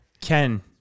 Ken